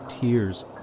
tears